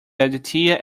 aditya